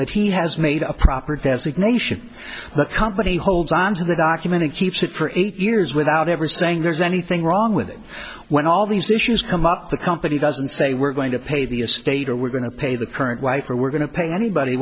that he has made a proper designation that company holds onto the document and keeps it for eight years without ever saying there's anything wrong with it when all these issues come up the company doesn't say we're going to pay the estate or we're going to pay the current wife or we're going to pay anybody